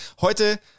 Heute